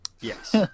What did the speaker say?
yes